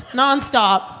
nonstop